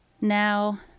now